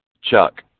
Chuck